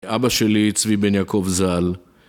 אבא שלי צבי בן יעקב ז"ל